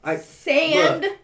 Sand